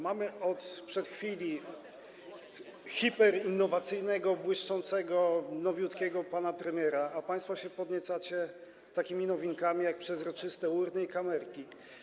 Mamy od kilku chwil hiperinnowacyjnego, błyszczącego, nowiutkiego pana premiera, a państwo się podniecacie takimi nowinkami, jak przezroczyste urny i kamerki.